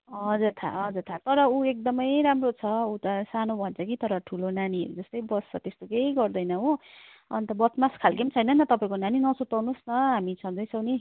हजुर थाह हजुर थाह छ तर ऊ एकदमै राम्रो छ ऊ त सानो भन्छ कि तर ठुलो नानीहरू जस्तै बस्छ त्यस्तो केही गर्दैन हो अन्त बदमास खाल्के पनि छैन न तपाईँको नानी नसुर्ताउनुहोस् हामी छँदै छौँ नि